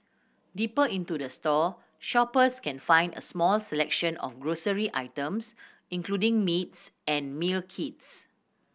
deeper into the store shoppers can find a small selection of grocery items including meats and meal kits